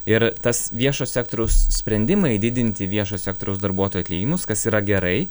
ir tas viešo sektoriaus sprendimai didinti viešo sektoriaus darbuotojų atlyginimus kas yra gerai